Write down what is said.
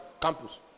campus